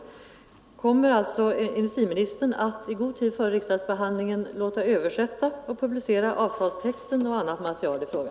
Jag vill därför upprepa min andra fråga: Kommer industriministern att i god tid före riksdagsbehandlingen låta översätta och publicera avtalstexten och annat material i frågan?